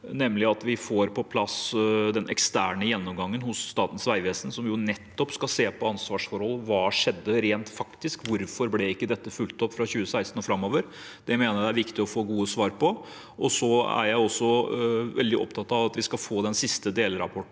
nemlig at vi får på plass den eksterne gjennomgangen hos Statens vegvesen, som skal se på nettopp ansvarsforhold. Hva skjedde rent faktisk? Hvorfor ble ikke dette fulgt opp fra 2016 og framover? Dette mener jeg det er viktig å få gode svar på. Jeg er også veldig opptatt av at vi skal få den siste delrapporten